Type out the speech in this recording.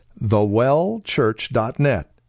thewellchurch.net